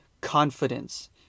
confidence